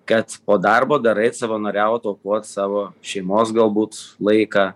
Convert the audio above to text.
kad po darbo dar eit savanoriaut aukot savo šeimos galbūt laiką